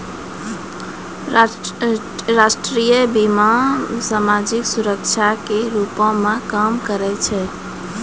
राष्ट्रीय बीमा, समाजिक सुरक्षा के रूपो मे काम करै छै